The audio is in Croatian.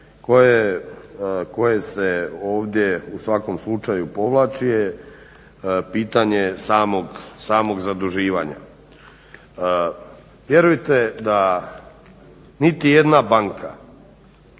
koje se ovdje u svakom slučaju povlači je pitanje samog zaduživanja. Vjerujte da niti jedna banka,